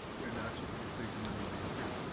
turned out to be a big moneymaker.